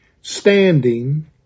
standing